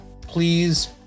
please